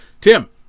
Tim